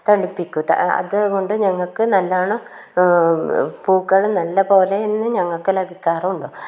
തളിപ്പിക്കും അതുകൊണ്ട് ഞങ്ങൾക്ക് നല്ലോണം പൂക്കൾ നല്ല പോലെ തന്നെ ഞങ്ങൾക്ക് ലഭിക്കാറുണ്ട്